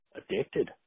addicted